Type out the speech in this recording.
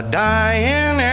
dying